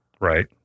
Right